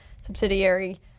subsidiary